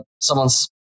someone's